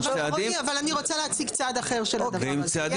אבל אני רוצה להציג צד אחר של הדבר הזה.